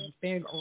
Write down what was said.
big